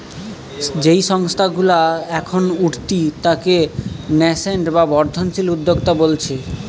যেই সংস্থা গুলা এখন উঠতি তাকে ন্যাসেন্ট বা বর্ধনশীল উদ্যোক্তা বোলছে